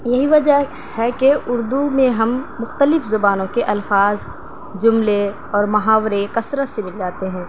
یہی وجہ ہے کہ اردو میں ہم مختلف زبانوں کے الفاظ جملے اور محاورے کثرت سے مل جاتے ہیں